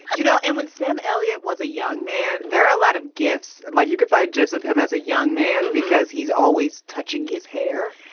you know? and when sam elliott was a young man, there are a lot of gifts like you could buy joseph him as a young man because he's always touching his hair.